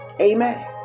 amen